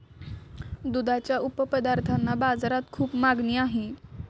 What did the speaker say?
दुधाच्या उपपदार्थांना बाजारात खूप मागणी आहे